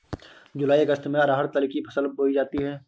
जूलाई अगस्त में अरहर तिल की फसल बोई जाती हैं